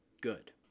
good